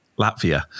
Latvia